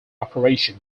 operation